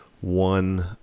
One